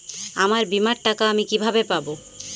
আমার বীমার টাকা আমি কিভাবে পাবো?